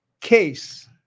Case